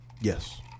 Yes